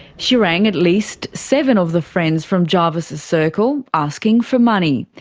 she rang at least seven of the friends from jarvis's circle, asking for money.